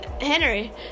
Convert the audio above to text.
Henry